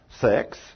sex